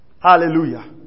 Hallelujah